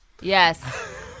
yes